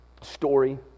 story